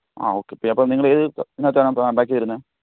ആ ഓക്കെ അപ്പോൾ നിങ്ങളേത് ഇതിനകത്താണ്